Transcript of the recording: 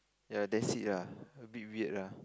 ya that's it lah a bit weird lah